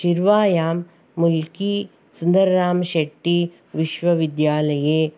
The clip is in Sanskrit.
शिर्वायां मुल्किसुन्दररामशेट्टिविश्वविद्यालये